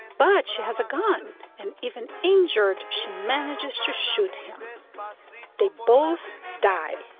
but she has a gun and even injured she manages to shoot him they both die.